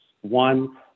One